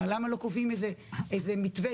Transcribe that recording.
למה לא קובעים איזה מתווה,